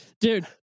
Dude